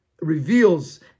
reveals